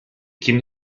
kim